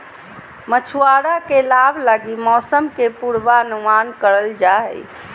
मछुआरा के लाभ लगी मौसम के पूर्वानुमान करल जा हइ